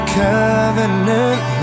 covenant